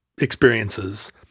experiences